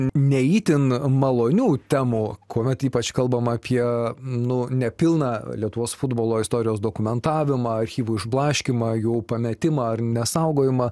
ne itin malonių temų kuomet ypač kalbama apie nu nepilną lietuvos futbolo istorijos dokumentavimą archyvų išblaškymą jų pametimą ar nesaugojimą